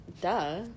Duh